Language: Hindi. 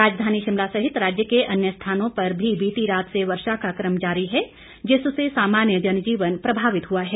राजधानी शिमला सहित राज्य के अन्य स्थानों पर भी बीती रात से वर्षा का कम जारी है जिससे सामान्य जनजीवन प्रभावित हुआ है